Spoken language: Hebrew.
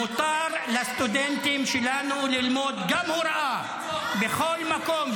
מותר לסטודנטים שלנו ללמוד גם הוראה בכל מקום.